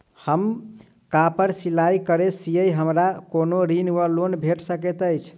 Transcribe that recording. हम कापड़ सिलाई करै छीयै हमरा कोनो ऋण वा लोन भेट सकैत अछि?